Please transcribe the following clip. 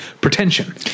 pretension